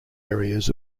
areas